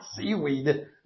Seaweed